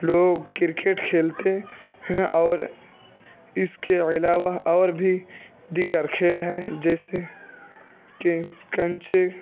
لوگ کرکٹ کھیلتے ہیں اور اس کے علاوہ اور بھی دیگر کھیل ہیں جیسے کہ کنچے